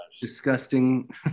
Disgusting